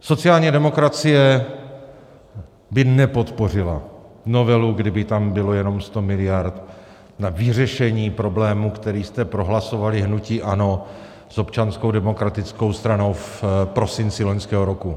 Sociální demokracie by nepodpořila novelu, kdyby tam bylo jenom 100 miliard na vyřešení problému, který jste prohlasovali, hnutí ANO s Občanskou demokratickou stranou, v prosinci loňského roku.